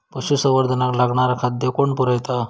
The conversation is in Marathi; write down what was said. पशुसंवर्धनाक लागणारा खादय कोण पुरयता?